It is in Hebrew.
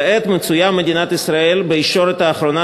כעת מצויה מדינת ישראל בישורת האחרונה